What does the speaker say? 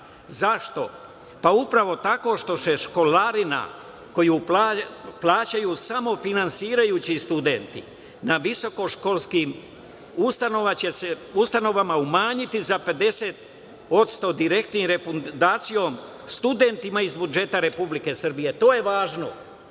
Zašto? Upravo tako što se školarina koju plaćaju samofinansirajući studenti, na visoko školskim ustanovama će se umanjiti za 50% direktno, refundacijom studentima iz budžeta RS. To je važno.